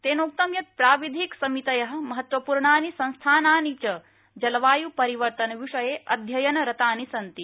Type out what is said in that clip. तेनोक्तं यत् प्राविधिक समितय महत्वपूर्णानि संस्थानानि च जलवाय् परिवर्तन विषये अध्ययनरतानि सन्ति